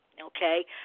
okay